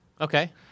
Okay